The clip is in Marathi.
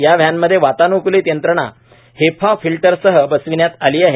या व्हॅनमध्ये वातानुकलित यंत्रणा हेपाफिल्टरसह बसविण्यात आली आहे